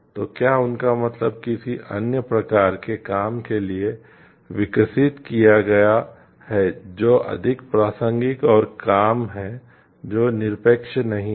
तो क्या उनका मतलब किसी अन्य प्रकार के काम के लिए विकसित किया गया है जो अधिक प्रासंगिक और काम है जो निरपेक्ष नहीं है